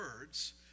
words